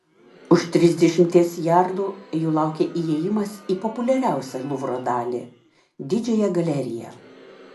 už trisdešimties jardų jų laukė įėjimas į populiariausią luvro dalį didžiąją galeriją